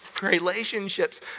relationships